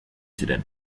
ziren